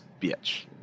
bitch